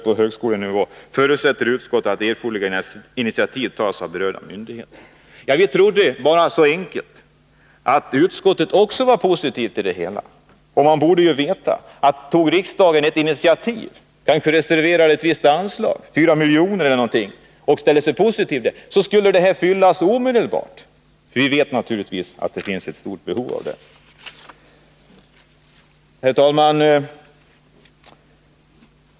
på högskolenivå — förutsätter utskottet att erforderliga initiativ tas av berörda myndigheter.” Vi trodde att utskottet också var positivt till en vidareutbildning av skyddsombud. Tog riksdagen ett initiativ och reserverade t.ex. 4 miljoner för detta ändamål, skulle kurserna omedelbart fyllas, för det finns ett stort behov av sådan vidareutbildning — det vet vi. Herr talman!